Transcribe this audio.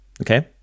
Okay